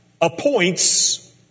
appoints